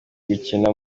gukina